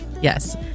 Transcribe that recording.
Yes